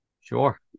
Sure